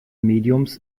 mediums